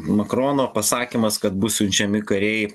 makrono pasakymas kad bus siunčiami kariai